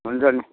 हुन्छ नि